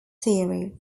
theory